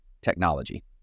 technology